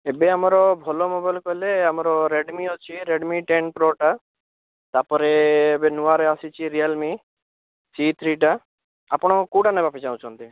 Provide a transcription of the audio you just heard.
ଏବେ ଆମର ଭଲ ମୋବାଇଲ କହିଲେ ଆମର ରେଡ଼ମି ଅଛି ରେଡ଼ମି ଟେନ୍ ପ୍ରୋଟା ତା'ପରେ ଏବେ ନୂଆରେ ଆସିଛି ରିଏଲ୍ମି ସି ଥ୍ରୀଟା ଆପଣ କେଉଁଟା ନେବା ପାଇଁ ଚାହୁଁଛନ୍ତି